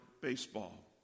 baseball